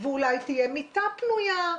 אולי תהיה מיטה פנויה,